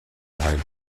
teil